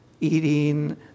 eating